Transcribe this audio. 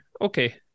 Okay